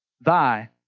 thy